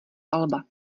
alba